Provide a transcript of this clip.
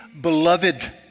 beloved